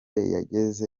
yageze